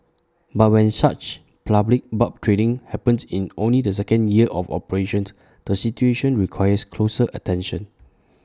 but when such public barb trading happens in only the second year of operations the situation requires closer attention